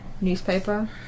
newspaper